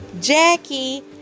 Jackie